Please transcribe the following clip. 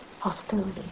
hostility